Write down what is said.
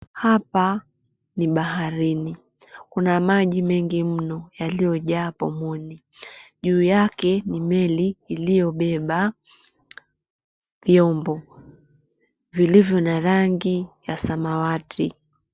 Hapa ni baharini, kuna maji mingi mno yaliyojaa pomoni. Juu yake ni meli iliyobeba vyombo vilivyo na rangi ya samawati.